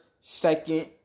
second